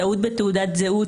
טעות בתעודת הזהות.